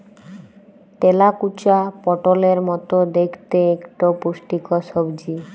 তেলাকুচা পটলের মত দ্যাইখতে ইকট পুষ্টিকর সবজি